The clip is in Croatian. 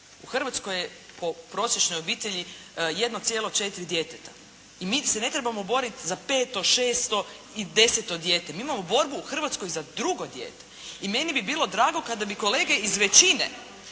U Hrvatskoj je, po prosječnoj obitelji 1,4 djeteta i mi se ne trebamo boriti za peto, šesto i deseto dijete. Mi imamo borbu u Hrvatskoj za drugo dijete. I meni bi bilo drago kada bi kolege iz većine